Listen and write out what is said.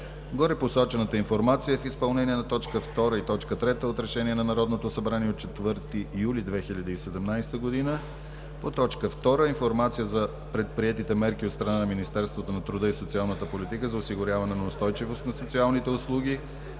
Горепосочената информация е в изпълнение на точка втора и точка трета от Решение на Народното събрание от 4 юли 2017 г. По точка втора – информация за предприетите мерки от страна на Министерството на труда и социалната политика за осигуряване на устойчивост на социалните услуги: